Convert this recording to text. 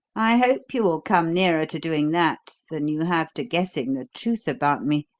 i hope you will come nearer to doing that than you have to guessing the truth about me,